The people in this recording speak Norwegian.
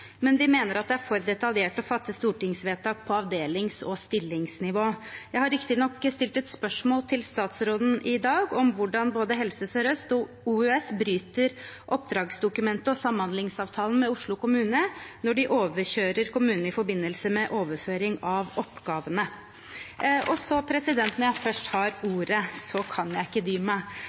men vi mener det er for detaljert å fatte stortingsvedtak på avdelings- og stillingsnivå. Jeg har riktignok stilt et spørsmål til statsråden i dag om hvordan både Helse Sør-Øst og OUS bryter oppdragsdokumentet og samhandlingsavtalen med Oslo kommune når de overkjører kommunen i forbindelse med overføring av oppgavene. Og når jeg først har ordet, kan jeg ikke dy meg,